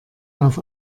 auf